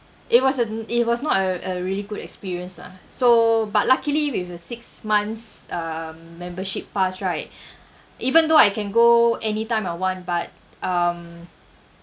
it was a it was not a a really good experience ah so but luckily with a six months um membership pass right even though I can go anytime I want but um